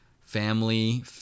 family